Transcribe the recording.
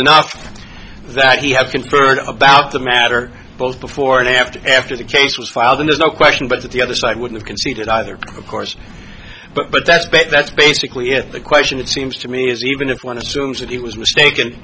enough that he had conferred about the matter both before and after after the case was filed there's no question but that the other side would have conceded either of course but but that's better that's basically it the question it seems to me is even if one assumes that he was mistaken